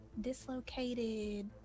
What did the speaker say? dislocated